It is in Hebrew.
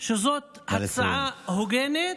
שזאת הצעה הוגנת,